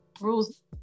rules